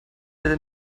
hätte